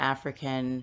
African